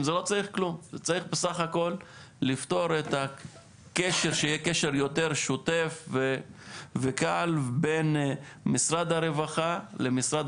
צריך בסך הכול שיהיה קשר יותר שוטף וקל בין משרד הרווחה למשרד